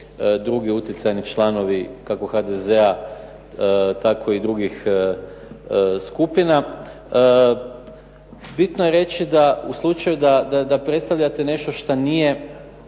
drugi utjecajni članovi kako HDZ-a, tako i drugih skupina. Bitno je reći da u slučaju da predstavljate nešto što nije